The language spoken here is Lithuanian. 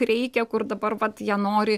reikia kur dabar vat jie nori